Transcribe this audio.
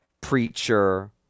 preacher